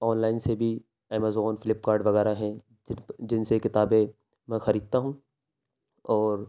on line سے بھی Amazon Flipkart وغیرہ ہیں جن سے کتابیں میں خریدتا ہوں اور